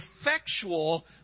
effectual